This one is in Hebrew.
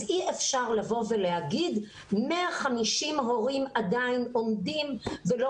אז אי אפשר לבוא ולהגיד 150 הורים עדיין עומדים ולא